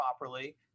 properly